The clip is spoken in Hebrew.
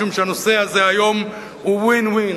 משום שהנושא הזה היום הוא win-win.